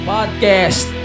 Podcast